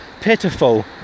pitiful